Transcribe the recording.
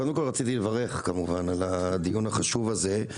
קודם כל, רציתי לברך כמובן על הדיון החשוב הזה.